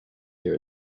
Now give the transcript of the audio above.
here